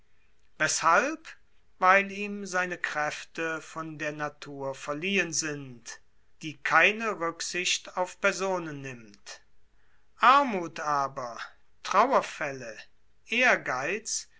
weshalb weil ihm seine kräfte von der natur verliehen sind die keine rücksicht auf personen nimmt armuth trauerfälle ehrgeiz